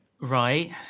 Right